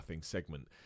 segment